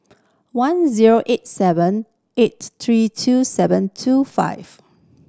one zero eight seven eight three two seven two five